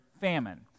famine